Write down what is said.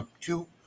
two